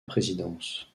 présidence